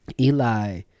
Eli